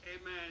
Amen